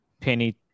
Penny